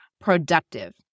productive